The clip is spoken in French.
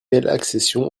accession